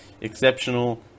exceptional